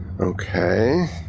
Okay